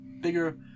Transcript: Bigger